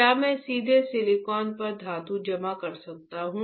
क्या मैं सीधे सिलिकॉन पर धातु जमा कर सकता हूं